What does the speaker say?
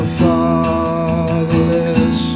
fatherless